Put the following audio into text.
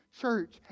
Church